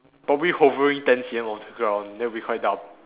probably hovering ten C_M off the ground that'll be quite dumb